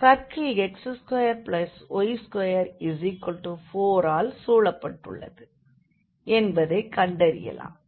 circle x2y24ஆல் சூழப்பட்டுள்ளது என்பதைக் கண்டறியலாம்